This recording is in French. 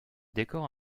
décor